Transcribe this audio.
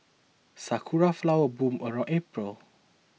sakura flowers bloom around April